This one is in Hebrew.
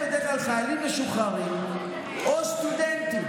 הם בדרך כלל חיילים משוחררים או סטודנטים.